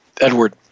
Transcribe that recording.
Edward